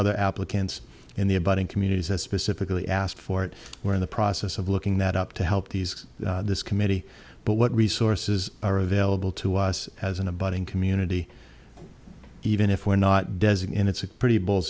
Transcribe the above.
other applicants in the abutting communities that specifically asked for it were in the process of looking that up to help these this committee but what resources are available to us as a budding community even if we're not designate it's a pretty bold